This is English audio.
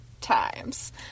times